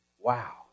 Wow